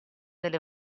delle